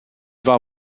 war